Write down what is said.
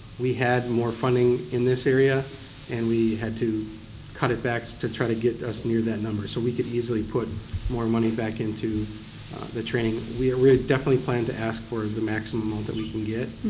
we had more funding in this area and we had to cut it back to try to get us near that number. so, we could easily put more money back into the training. we definitely plan to ask for the maximum amount that we can get.